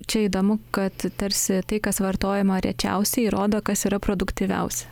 čia įdomu kad tarsi tai kas vartojama rečiausiai rodo kas yra produktyviausia